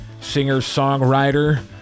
singer-songwriter